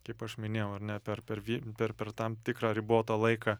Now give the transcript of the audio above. kaip aš minėjau ar ne per per vi per per tam tikrą ribotą laiką